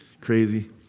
crazy